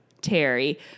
Terry